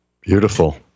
Beautiful